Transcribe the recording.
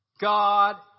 God